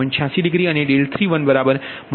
86 degree અને 31 3